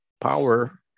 power